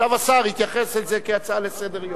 עכשיו השר יתייחס לזה כהצעה לסדר-היום.